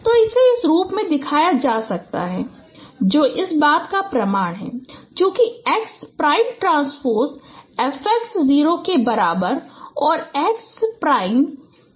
तो इसे इस रूप में दिखाया जा सकता है जो इस बात का प्रमाण है चूंकि x prime transpose F x 0 के बराबर और x प्राइम H x है